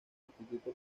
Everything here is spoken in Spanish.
instituto